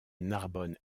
narbonne